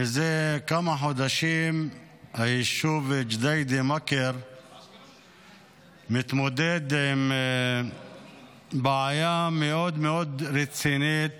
זה כמה חודשים שהיישוב ג'דיידה-מכר מתמודד עם בעיה מאוד רצינית